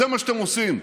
זה מה שאתם עושים.